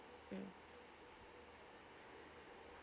mm